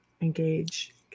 engage